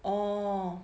oh